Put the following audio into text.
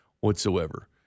whatsoever